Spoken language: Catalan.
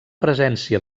presència